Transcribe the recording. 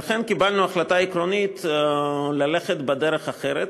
לכן קיבלנו החלטה עקרונית ללכת בדרך אחרת,